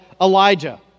Elijah